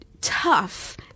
tough